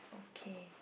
okay